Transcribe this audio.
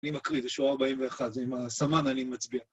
אני מקריא זה שורה ארבעים ואחת, זה עם הסמן אני מצביע.